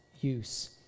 use